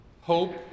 hope